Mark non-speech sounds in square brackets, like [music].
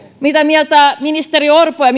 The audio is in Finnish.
mitä mieltä ministeri orpo ja [unintelligible]